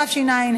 התשע"ה